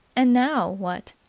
and now what?